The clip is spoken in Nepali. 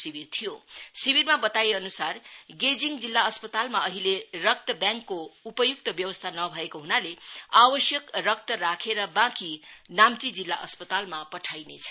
शिविरमा बताइएअन्सार गेजिङ जिल्ला अस्पतालमा अहिले रक्त ब्याङकको उपयक्त व्यवस्था नभएको हनाले आवश्यक रक्त राखेर बाँकी नाम्ची जिल्ला अस्पतालमा पठाइनेछ